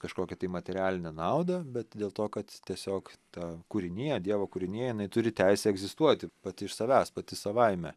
kažkokią tai materialinę naudą bet dėl to kad tiesiog ta kūrinija dievo kūrinija jinai turi teisę egzistuoti pati iš savęs pati savaime